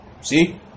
See